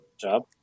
job